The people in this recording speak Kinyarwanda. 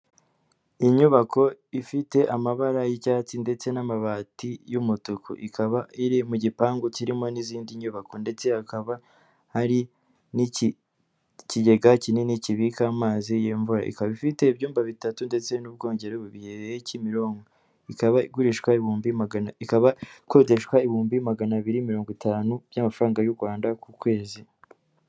Inyubako ifite amabara y'icyatsi ndetse n'amabati y'umutuku. Ikaba iri mu gipangu kirimo n'izindi nyubako ndetse hakaba hari n'ikigega kinini kibika amazi y'imvura. Ikaba ifite ibyumba bitatu ndetse n'ubwogero bubiri. Iherereye Kimironko. Ikaba igurishwa ibihumbi magana. Ikaba ikodeshwa ibihumbi magana abiri na mirongo itanu by'amafaranga y'u Rwanda ku kwezi.